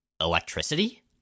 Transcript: Electricity